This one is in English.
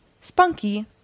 Spunky